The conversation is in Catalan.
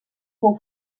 fou